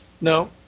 No